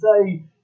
say